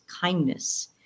kindness